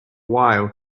while